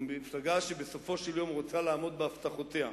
ומפלגה שבסופו של יום רוצה לעמוד בהבטחותיה.